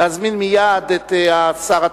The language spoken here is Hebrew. להזמין מייד את השר התורן.